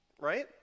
Right